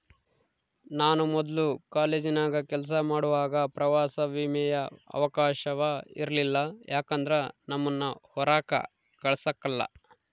ನಾನು ಮೊದ್ಲು ಕಾಲೇಜಿನಾಗ ಕೆಲಸ ಮಾಡುವಾಗ ಪ್ರವಾಸ ವಿಮೆಯ ಅವಕಾಶವ ಇರಲಿಲ್ಲ ಯಾಕಂದ್ರ ನಮ್ಮುನ್ನ ಹೊರಾಕ ಕಳಸಕಲ್ಲ